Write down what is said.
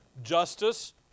justice